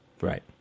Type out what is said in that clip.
Right